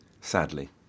sadly